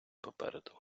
попереду